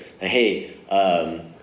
Hey